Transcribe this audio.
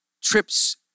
trips